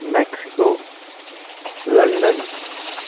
Mexico London